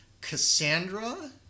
Cassandra